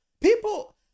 People